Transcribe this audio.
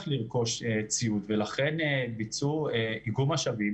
לרכוש ציוד ולכן ביצעו איגום משאבים,